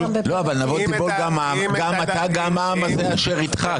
אבל "נבול תיבול גם אתה, גם העם הזה אשר איתך".